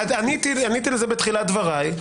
עניתי לזה בתחילת דבריי.